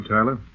Tyler